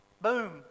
Boom